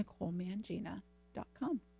NicoleMangina.com